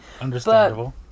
Understandable